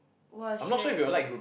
!wah! shag